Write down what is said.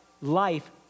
life